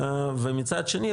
ומצד שני,